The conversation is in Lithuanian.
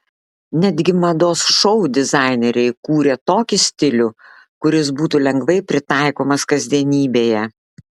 netgi mados šou dizaineriai kūrė tokį stilių kuris būtų lengvai pritaikomas kasdienybėje